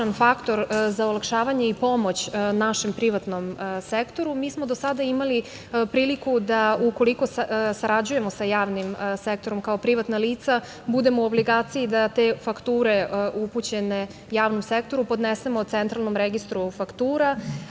faktor za olakšavanje i pomoć našem privatnom sektoru. Mi smo do sada imali priliku da ukoliko sarađujemo sa javnim sektorom, kao privatna lica, budemo u obligaciji da te fakture upućene javnom sektoru podnesemo Centralnom registru faktura. Ovaj